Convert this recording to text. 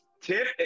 Tip